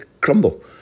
crumble